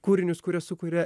kūrinius kurie sukuria